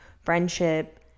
friendship